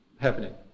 happening